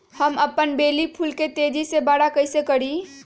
हम अपन बेली फुल के तेज़ी से बरा कईसे करी?